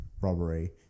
robbery